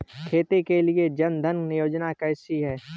खेती के लिए जन धन योजना कैसी है?